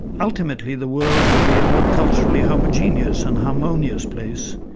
ultimately the world will be a more culturally homogenous and harmonious place,